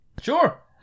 Sure